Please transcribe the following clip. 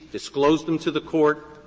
disclosed them to the court,